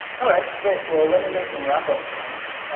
alright, great, well let me make some wrap up points.